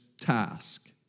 task